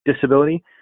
disability